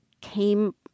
came